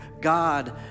God